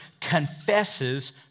confesses